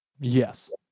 Yes